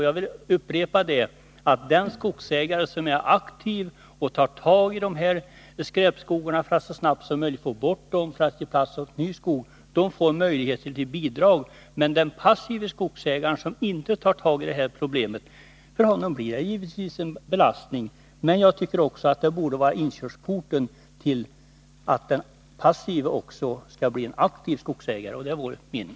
Jag vill upprepa att den skogsägare som är aktiv och tar tagiskräpskogarna för att så snabbt som möjligt få bort dem och ge plats åt ny skog får möjligheter till bidrag. Men för den passive skogsägaren, som inte tar tag i detta problem, blir det givetvis en belastning. Men jag tycker också att detta borde vara inkörsporten för den passive till att bli en aktiv skogsägare. Det är vår mening.